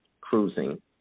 cruising